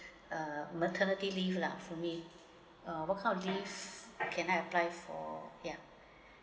uh maternity leave lah for me uh what kind of leave can I apply for ya